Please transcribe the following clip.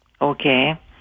Okay